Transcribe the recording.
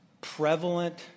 prevalent